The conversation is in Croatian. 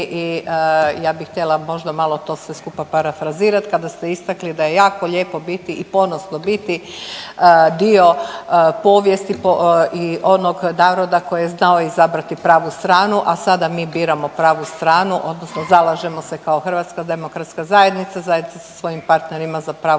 i ja bih htjela možda malo to sve skupa parafrazirati, kada ste istakli da je jako lijepo biti i ponosno biti dio povijesti i onog naroda koji je znao izabrati pravu stranu, a sada mi biramo pravu stranu, odnosno zalažemo se kao HDZ zajedno sa svojim partnerima za pravu